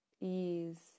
ease